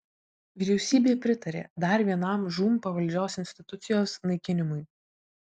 vyriausybė pritarė dar vienam žūm pavaldžios institucijos naikinimui